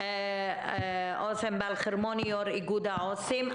עו"ס ענבל חרמוני, יו"ר איגוד העו"סים.